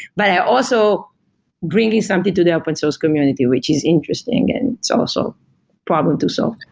but i'm also bringing something to the open source community, which is interesting and it's also problem to solve.